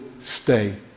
stay